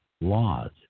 laws